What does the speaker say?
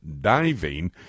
diving